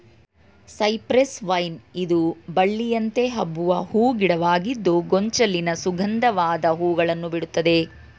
cypress vine ಇದು ಬಳ್ಳಿಯಂತೆ ಹಬ್ಬುವ ಹೂ ಗಿಡವಾಗಿದ್ದು ಗೊಂಚಲಿನ ಸುಗಂಧವಾದ ಹೂಗಳನ್ನು ಬಿಡುತ್ತದೆ